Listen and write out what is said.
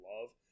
love